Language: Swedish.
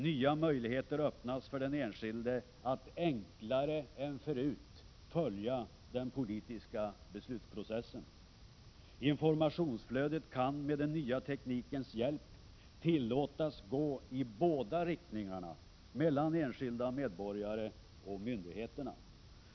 Nya möjligheter öppnas för den enskilde att enklare än förut följa den politiska beslutsprocessen. Informationsflödet kan med den nya teknikens hjälp tillåtas gå i båda riktningarna mellan enskilda medborgare och myndigheterna.